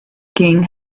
king